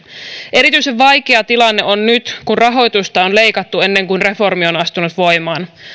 erityisen vaikea tilanne on nyt kun rahoitusta on leikattu ennen kuin reformi on astunut voimaan